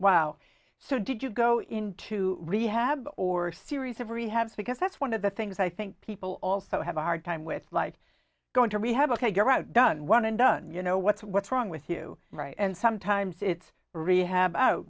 wow so did you go into rehab or series of rehab because that's one of the things i think people also have a hard time with like going to rehab ok you're done one and done you know what's what's wrong with you right and sometimes it's